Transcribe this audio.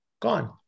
gone